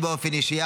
באופן אישי,